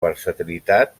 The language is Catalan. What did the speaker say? versatilitat